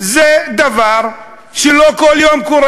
זה דבר שלא קורה כל יום.